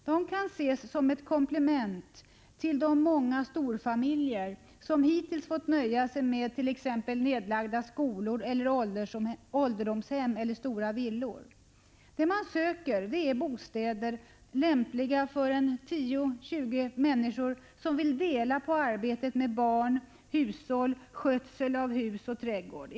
De kan ses som ett komplement till de många storfamiljer som hittills har fått nöja sig med t.ex. nedlagda skolor och ålderdomshem eller stora villor. Det man söker är bostäder lämpliga för 10-20 människor som vill dela på arbetet med barn och hushåll och skötseln av hus och trädgård.